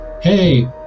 hey